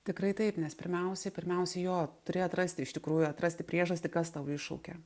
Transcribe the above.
tikrai taip nes pirmiausiai pirmiausiai jo turi atrasti iš tikrųjų atrasti priežastį kas tau iššaukia